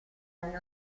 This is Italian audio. anni